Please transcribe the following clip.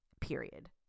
period